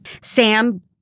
Sam